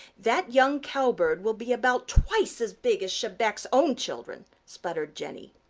that young cowbird will be about twice as big as chebec's own children, sputtered jenny.